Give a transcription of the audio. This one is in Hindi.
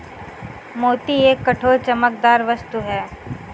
मोती एक कठोर, चमकदार वस्तु है